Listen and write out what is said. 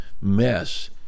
mess